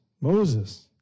Moses